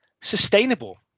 sustainable